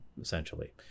essentially